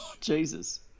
Jesus